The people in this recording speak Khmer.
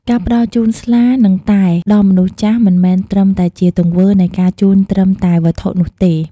ការផ្តល់ជូនស្លា និងតែ ដល់មនុស្សចាស់ មិនមែនត្រឹមតែជាទង្វើនៃការជូនត្រឹមតែវត្ថុនោះទេ។